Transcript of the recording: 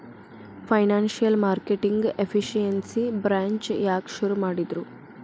Financial marketing efficiency branch ಯಾಕ್ ಶುರು ಮಾಡಿದ್ರು?